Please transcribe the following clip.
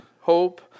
hope